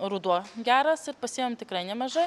ruduo geras ir pasėjom tikrai nemažai